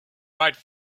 right